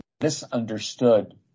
misunderstood